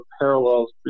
parallels